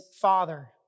father